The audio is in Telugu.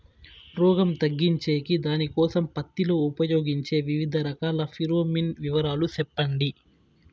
రోగం తగ్గించేకి దానికోసం పత్తి లో ఉపయోగించే వివిధ రకాల ఫిరోమిన్ వివరాలు సెప్పండి